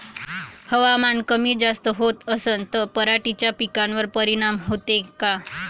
हवामान कमी जास्त होत असन त पराटीच्या पिकावर परिनाम होते का?